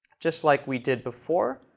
just like we did before.